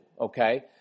Okay